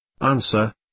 Answer